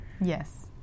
Yes